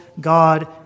God